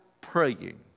praying